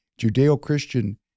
Judeo-Christian